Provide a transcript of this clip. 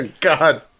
God